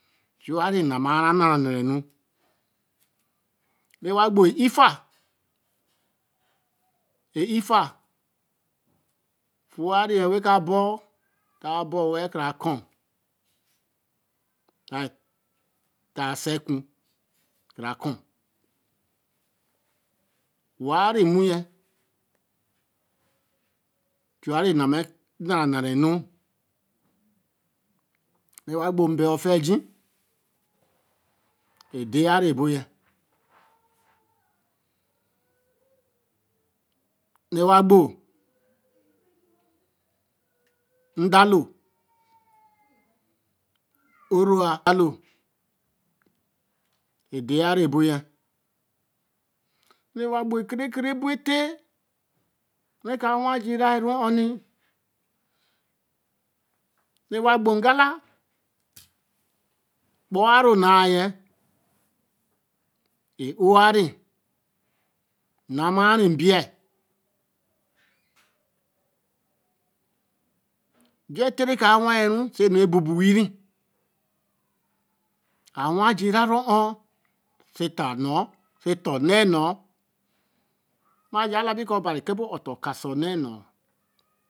Chu ware na-macia ra nara narae-nu, re wa gboenifa enifi fo una re wen ka ood, da so wel Karakur ta sa cu ka ra cur ware mu yen, cau ne na mãã nаrа nara e-nu, re wa gbo nbel õ fea eji edeira ebo yen re wa gbo mdalo oro wa mdalo edera re e-bo yen, re wa gbo ke re ke e-bo te, reka wa ji-ra ru õ ni, re wa gbo naala kpo re nayen e-o ware, na maa re mbaya, jo tera waru senu re bo bore, ã wa jira ru ho so ta nño so ta onne nño, maja ha bi ko obari oto ka se onne ñño